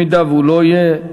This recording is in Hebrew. אם הוא לא יהיה,